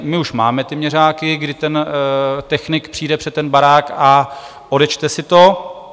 My už máme ty měřáky, kdy technik přijde před barák a odečte si to.